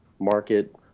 market